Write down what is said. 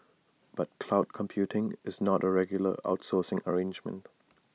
but cloud computing is not A regular outsourcing arrangement